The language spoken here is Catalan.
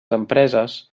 empreses